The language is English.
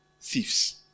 Thieves